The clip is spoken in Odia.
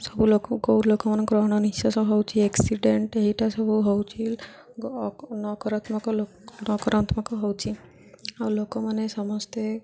ସବୁ ଲୋକ ଗୋର ଲୋକମାନଙ୍କ ଗ୍ରହଣ ନିଶ୍ୱାସ ହେଉଛି ଏକ୍ସିଡେଣ୍ଟ ଏଇଟା ସବୁ ହେଉଛି ନକରାତ୍ମକ ନକରାତ୍ମକ ହେଉଛି ଆଉ ଲୋକମାନେ ସମସ୍ତେ